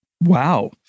Wow